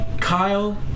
Kyle